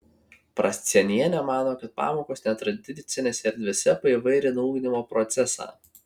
prascienienė mano kad pamokos netradicinėse erdvėse paįvairina ugdymo procesą